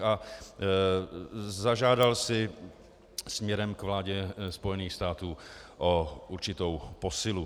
A zažádal si směrem k vládě Spojených států o určitou posilu.